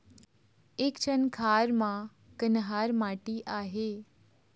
एक ठन खार म कन्हार माटी आहे?